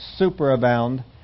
superabound